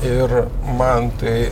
ir man tai